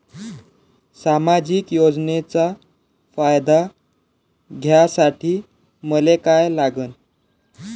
सामाजिक योजनेचा फायदा घ्यासाठी मले काय लागन?